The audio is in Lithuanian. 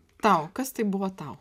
tau kas tai buvo tau